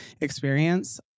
experience